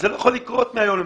זה לא יכול לקרות מהיום למחר.